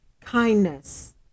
kindness